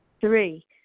Three